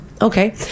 Okay